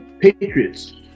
Patriots